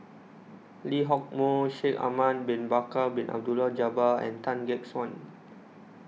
Lee Hock Moh Shaikh Ahmad Bin Bakar Bin Abdullah Jabbar and Tan Gek Suan